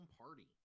Party